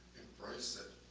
embrace it,